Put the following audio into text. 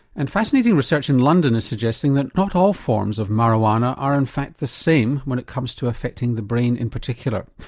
and fascinating research in london is suggesting that not all forms of marijuana are in fact the same when it comes to affecting the brain in particular.